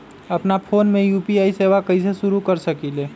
अपना फ़ोन मे यू.पी.आई सेवा कईसे शुरू कर सकीले?